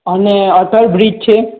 અને અટલ બ્રિજ છે